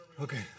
Okay